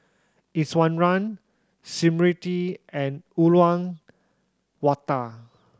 Iswaran Smriti and Uyyalawada